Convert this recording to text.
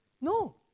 No